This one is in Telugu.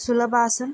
సులభాసన్